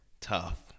Tough